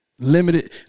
Limited